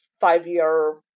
five-year